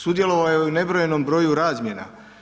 Sudjelovao je u nebrojenom broju razmjena.